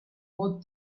worth